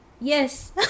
yes